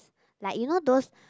like you know those